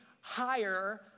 higher